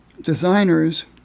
designers